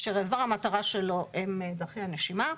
אשר איבר המטרה שלו הם דרכי הנשימה.